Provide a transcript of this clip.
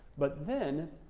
but then,